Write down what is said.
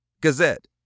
Gazette